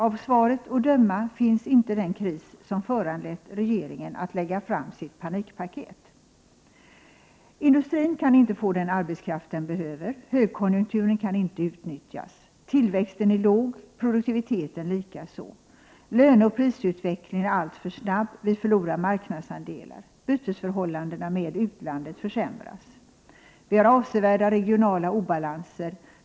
Av svaret att döma finns inte den kris som föranlett regeringen att lägga fram sitt panikpaket. Industrin kan inte få den arbetskraft den behöver. Högkonjunkturen kan inte utnyttjas. Tillväxten är låg, produktiviteten likaså. Löneoch prisutvecklingen är alltför snabb. Vi förlorar marknadsandelar. Bytesförhållandena med utlandet försämras. Vi har avsevärda regionala obalanser.